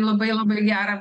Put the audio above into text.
labai labai gerą